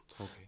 okay